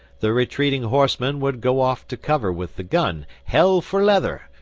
the retreating horsemen would go off to cover with the gun, hell for leather,